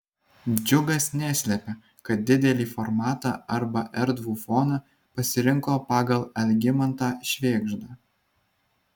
džiugas neslepia kad didelį formatą arba erdvų foną pasirinko pagal algimantą švėgždą